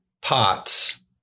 pots